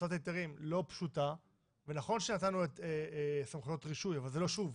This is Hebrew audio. הוצאת ההיתרים לא פשוטה ונכון שנתנו סמכויות רישוי אבל שוב,